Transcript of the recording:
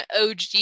OG